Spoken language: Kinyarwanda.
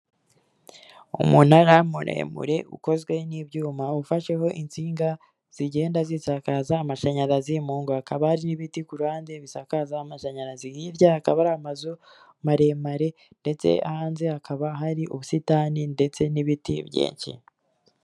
Umunara muremure ukozwe n'ibyuma ufasheho insinga zigenda zisakaza amashanyarazi mu ngo hakaba hari n'ibiti kuruhande bisakaza amashanyarazi hirya hakaba hari amazu maremare ndetse hanze hakaba hari ubusitani ndetse n'ibiti byinsh.